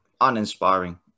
uninspiring